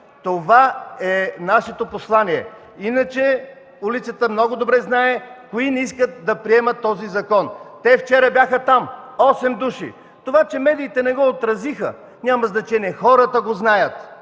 Това е нашето послание. Иначе улицата много добре знае кои не искат да приемат този закон. Те вчера бяха там – осем души. Това, че медиите не го отразиха, няма значение. Хората го знаят!